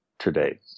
today